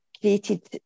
created